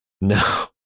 No